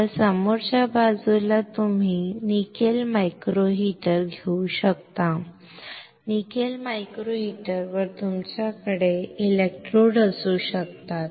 आता समोरच्या बाजूला तुम्ही निकेल मायक्रो हीटर घेऊ शकता निकेल मायक्रो मीटरवर तुमच्याकडे इलेक्ट्रोड असू शकतात